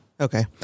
okay